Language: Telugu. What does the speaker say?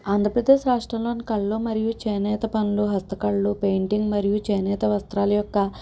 ఆంధ్రప్రదేశ్ రాష్ట్రంలోని కళలు మరియు చేనేత పనులు హస్తకళలు పెయింటింగ్ మరియు చేనేత వస్త్రాలు యొక్క